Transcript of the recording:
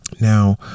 Now